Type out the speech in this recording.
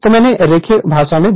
तो मैंने रेखीय भाग दिखाया है